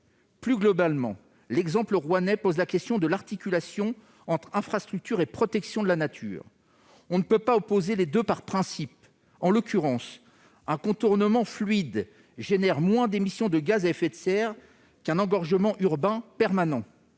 Plus globalement, l'exemple rouennais pose la question de l'articulation entre infrastructures et protection de la nature. On ne peut pas opposer les premières à la seconde par principe. En l'occurrence, un contournement fluide entraîne moins d'émissions de gaz à effet de serre qu'un engorgement urbain permanent-